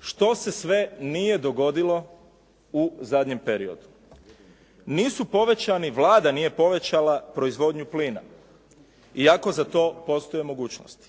Što se sve nije dogodilo u zadnjem periodu? Nisu povećani, Vlada nije povećala proizvodnju plina, iako za to postoje mogućnosti.